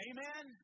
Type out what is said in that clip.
Amen